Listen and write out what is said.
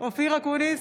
אופיר אקוניס,